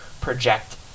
project